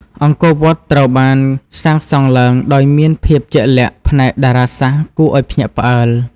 អង្គរវត្ត ត្រូវបានសាងសង់ឡើងដោយមានភាពជាក់លាក់ផ្នែកតារាសាស្ត្រគួរឲ្យភ្ញាក់ផ្អើល។